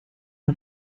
man